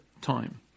time